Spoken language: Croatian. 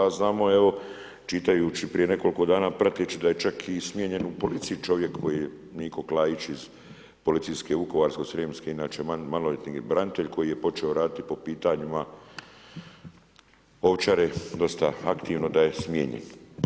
A znamo evo čitajući prije nekoliko dana prateći da je čak i smijenjen u policiji čovjek koji je, Niko Klajić iz Policijske Vukovarsko-srijemske, inače … [[ne razumije se]] branitelj koji je počeo raditi po pitanjima Ovčare dosta aktivno da je smijenjen.